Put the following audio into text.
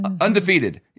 undefeated